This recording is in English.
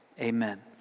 amen